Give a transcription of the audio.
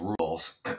rules